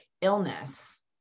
illness